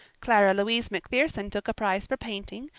clara louise macpherson took a prize for painting,